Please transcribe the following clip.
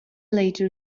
later